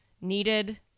needed